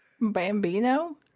Bambino